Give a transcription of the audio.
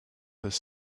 his